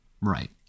Right